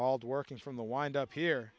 the working from the wind up here